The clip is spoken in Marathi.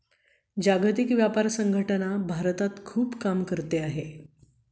जागतिक व्यापार संघटना भारतात खूप काम करत आहे